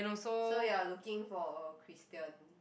so you are looking for a Christian